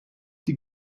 die